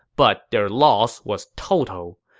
but their loss was total.